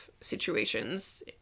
situations